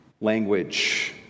language